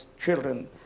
children